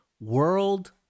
world